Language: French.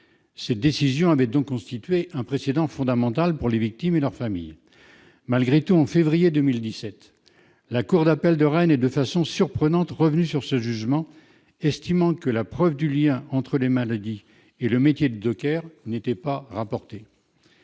Cette décision avait constitué un précédent fondamental pour les victimes et leurs familles. Toutefois, en février 2017, la cour d'appel de Rennes est, de façon surprenante, revenue sur ce jugement, estimant que la preuve du lien entre les maladies et le métier de docker n'était pas rapportée.